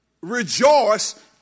Rejoice